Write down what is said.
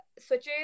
switches